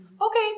Okay